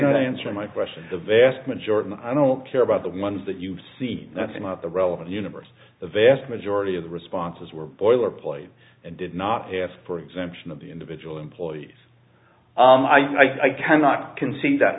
t answer my question the vast majority i don't care about the ones that you see that's not the relevant universe the vast majority of the responses were boilerplate and did not ask for exemption of the individual employees i cannot concede that